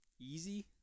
easy